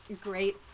great